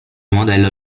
modello